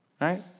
right